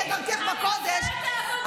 כדרכך בקודש,